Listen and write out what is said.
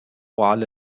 على